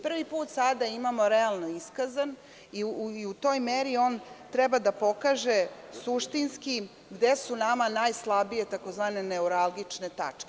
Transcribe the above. Prvi put sada imamo realno iskazan i u toj meri on treba da pokaže suštinski, gde su nama najslabije, takozvane neuralgične tačke.